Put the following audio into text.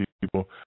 people